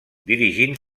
dirigint